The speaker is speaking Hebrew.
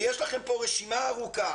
ויש לכם פה עוד רשימה ארוכה.